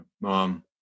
Mom